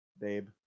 babe